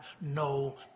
no